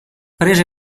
prese